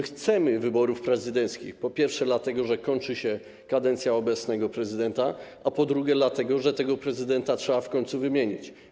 Chcemy wyborów prezydenckich, po pierwsze, dlatego że kończy się kadencja obecnego prezydenta, a po drugie, dlatego że tego prezydenta trzeba w końcu wymienić.